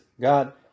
God